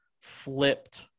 flipped